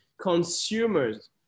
consumers